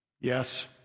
Yes